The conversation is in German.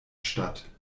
statt